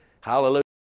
Hallelujah